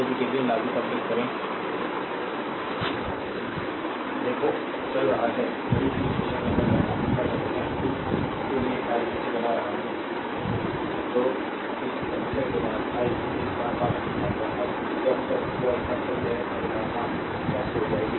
यदि केवीएल लागू करें देखो चल रहा है घड़ी की दिशा में बढ़ रहे हैं यू के लिए आई इसे बना रहा हूं 2 3 समस्या के बाद आई इसे बार बार नहीं बनाऊंगा अब जब तक your तब तक यह अवधारणा स्पष्ट हो जाएगी